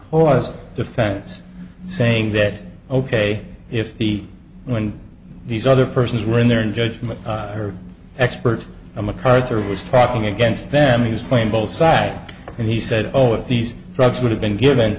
less defense saying that ok if the when these other persons were in their judgment her expert macarthur was talking against them he was playing both sides and he said oh if these drugs would have been given